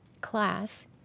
class